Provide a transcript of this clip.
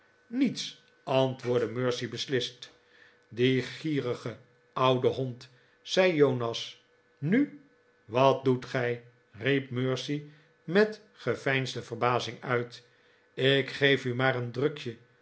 niets antwoordde mercy beslist die gierige bude hond zei jonas nu wat doet gij riep mercy met geveinsde verbazing uit ik geef u maar een drukje